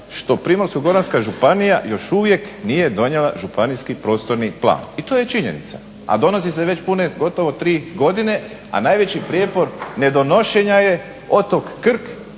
što Primorsko-goranska županija još uvijek nije donijela županijski prostorni plan i to je činjenica. A donosi se već pune gotovo tri godine, a najveći prijepor nedonošenja je otok Krk